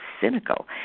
cynical